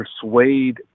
persuade